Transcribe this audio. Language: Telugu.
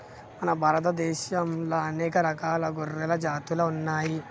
మన భారత దేశంలా అనేక రకాల గొర్రెల జాతులు ఉన్నయ్యి